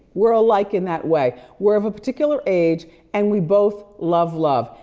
we're alike in that way. we're of a particular age and we both love love.